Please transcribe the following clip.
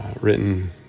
written